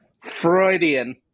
freudian